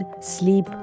sleep